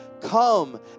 Come